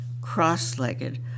cross-legged